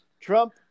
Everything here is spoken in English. Trump